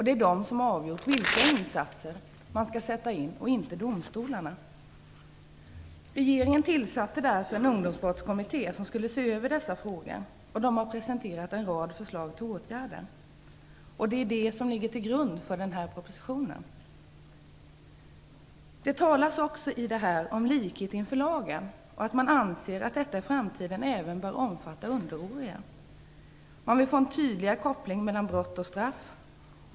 Det är den som avgjort vilka insatser man skall sätta in, inte domstolarna. Regeringen tillsatte därför en ungdomsbrottskommitté, som skulle se över dessa frågor. Den har presenterat en rad förslag till åtgärder. Det är det som ligger till grund för propositionen. Det talas också i detta sammanhang om likhet inför lagen. Man anser att detta i framtiden även bör omfatta minderåriga. Man vill göra en tydligare koppling mellan brott och straff.